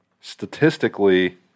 Statistically